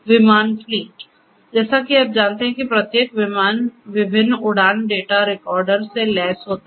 विमान फ्लीट जैसा कि आप जानते हैं कि प्रत्येक विमान विभिन्न उड़ान डेटा रिकार्डर से लैस होता है